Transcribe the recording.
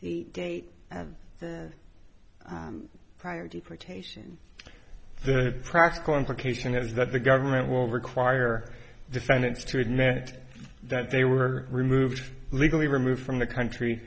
the date of the prior deportation the practical implication is that the government will require defendants to admit that they were removed legally removed from the country